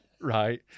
right